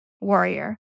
warrior